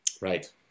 Right